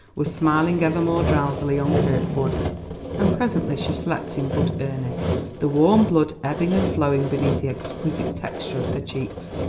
was smiling ever more drowsily on kirkwood and presently she slept in good earnest, the warm blood ebbing and flowing beneath the exquisite texture of her cheeks,